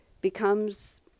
becomes